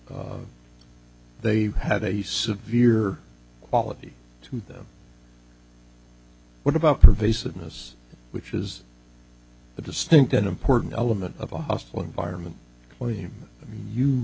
they had a severe quality to them what about pervasiveness which is a distinct an important element of a hostile environment where you